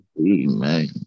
Amen